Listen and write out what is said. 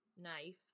knife